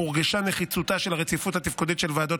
והורגשה נחיצותה של הרציפות התפקודית של ועדות